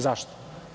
Zašto?